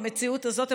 במציאות הזאת,